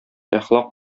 әхлак